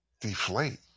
deflate